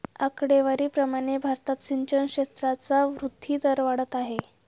आकडेवारी प्रमाणे भारतात सिंचन क्षेत्राचा वृद्धी दर घटत आहे